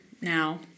now